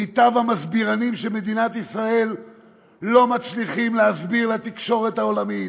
מיטב המסבירנים של מדינת ישראל לא מצליחים להסביר לתקשורת העולמית.